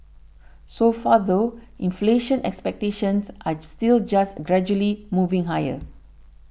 so far though inflation expectations are still just gradually moving higher